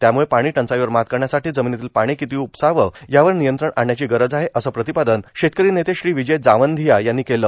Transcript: त्याम्रुळं पाणी टंचाईवर मात करण्यासाठी जमिनीतील पाणी किती उपसावं यावर नियंत्रण आणण्याची गरज आहे असं प्रतिपादन शेतकरी नेते श्री विजय जावंधिया यांनी केलं